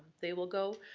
they will go,